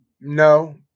No